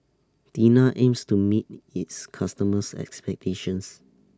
Tena aims to meet its customers' expectations